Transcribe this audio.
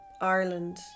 Ireland